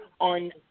on